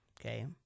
Okay